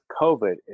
covid